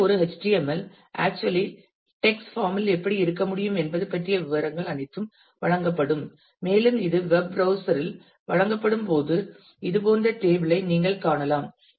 எனவே ஒரு HTML actually text form இல் எப்படி இருக்க முடியும் என்பது பற்றிய விவரங்கள் அனைத்தும் வழங்கப்படும் மேலும் இது வெப் ப்ரௌஸ்சர் இல் வழங்கப்படும் போது இது போன்ற டேபிள் ஐ நீங்கள் காண்பீர்கள்